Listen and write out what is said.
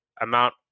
amount